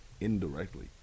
indirectly